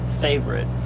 favorite